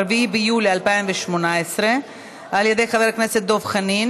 ביולי 2018 על ידי חבר הכנסת דב חנין,